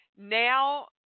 Now